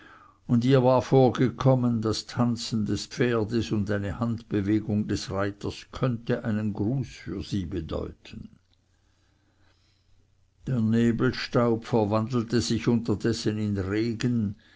und ihr war vorgekommen das tanzen des pferdes und eine handbewegung des reiters könnte einen gruß für sie bedeuten der nebelstaub verwandelte sich unterdessen in regen